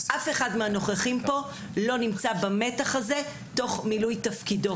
אף אחד מהנוכחים פה לא נמצא במתח הזה תוך מילוי תפקידו.